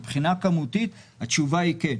מבחינה כמותית התשובה היא כן.